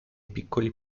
piccoli